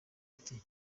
ati